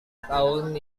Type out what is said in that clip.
tahun